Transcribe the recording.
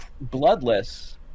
bloodless